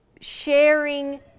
sharing